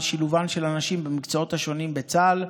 שילובן של הנשים במקצועות השונים בצה"ל,